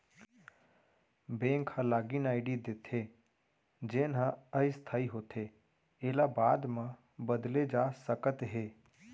bank ह login ID देथे जेन ह अस्थाई होथे एला बाद म बदले जा सकत हे